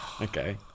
Okay